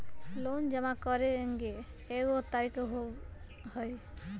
Loan जमा करेंगे एगो तारीक होबहई?